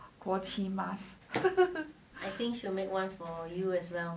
国旗 mask I think she will make one for you as well